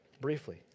briefly